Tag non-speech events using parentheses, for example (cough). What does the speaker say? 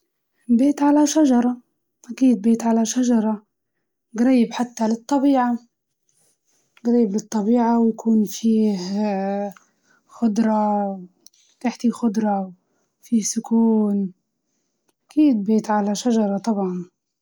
بيت على شجرة (hesitation) قريب للطبيعة، وفيه سكون، وطبعا أصوات العصافير، وخضار الأشجار، فنفضل البيت على شجرة.